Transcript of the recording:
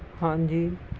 ਹਾਂਜੀ